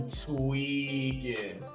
tweaking